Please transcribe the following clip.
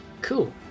Cool